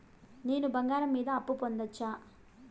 నేను బంగారం మీద అప్పు పొందొచ్చా?